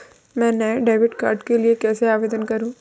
मैं नए debit card के लिए कैसे आवेदन करूं?